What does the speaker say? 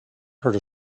heard